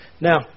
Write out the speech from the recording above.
Now